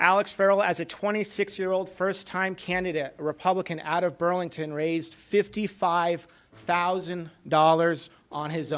alex farrell as a twenty six year old first time candidate republican out of burlington raised fifty five thousand dollars on his